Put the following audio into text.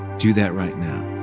do that right now.